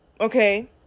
Okay